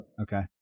Okay